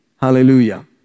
Hallelujah